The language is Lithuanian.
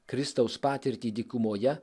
kristaus patirtį dykumoje